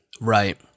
Right